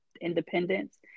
independence